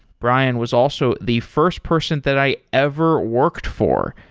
brian was also the first person that i ever worked for.